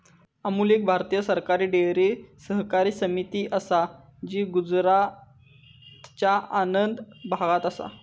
अमूल एक भारतीय सरकारी डेअरी सहकारी समिती असा जी गुजरातच्या आणंद भागात असा